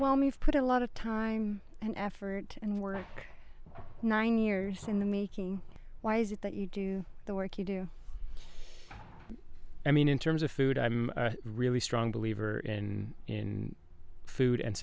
we've put a lot of time and effort in work nine years in the making why is it that you do the work you do i mean in terms of food i'm really strong believer in in food and